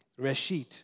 Reshit